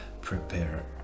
prepare